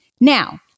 Now